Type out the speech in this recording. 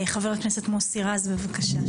חבר הכנסת מוסי רז, בבקשה.